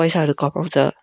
पैसाहरू कमाउँछ